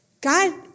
God